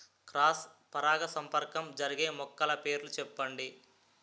Cross పరాగసంపర్కం జరిగే మొక్కల పేర్లు చెప్పండి?